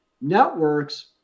networks